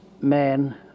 men